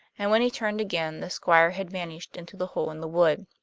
and when he turned again the squire had vanished into the hole in the wood.